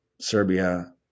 Serbia